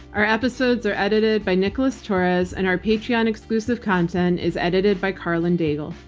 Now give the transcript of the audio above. our episodes are edited by nicholas torres, and our patreon exclusive content is edited by karlyn daigle.